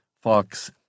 Fox